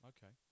Okay